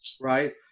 right